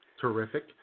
terrific